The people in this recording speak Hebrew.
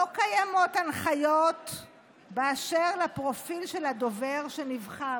לא קיימות הנחיות באשר לפרופיל של הדובר שנבחר,